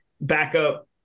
backup